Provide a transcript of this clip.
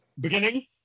beginning